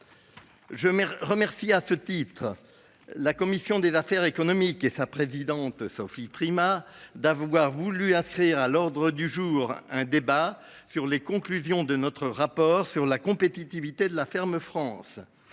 Je remercie à ce titre. La commission des affaires économiques et sa présidente Sophie Primas d'avoir voulu inscrire à l'ordre du jour, un débat sur les conclusions de notre rapport sur la compétitivité de la ferme France